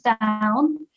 down